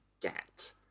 get